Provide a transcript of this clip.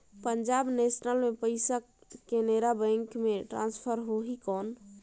Punjab national ले पइसा Canara bank मे ट्रांसफर होहि कौन?